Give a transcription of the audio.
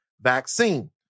vaccine